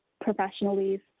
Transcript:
professionally